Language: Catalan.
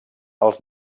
els